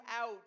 out